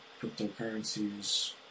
Cryptocurrencies